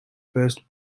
first